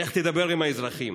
לך תדבר עם האזרחים.